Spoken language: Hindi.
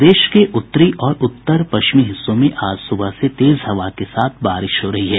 प्रदेश के उत्तरी और उत्तर पश्चिमी हिस्सों में आज सुबह से तेज हवा के साथ बारिश हो रही है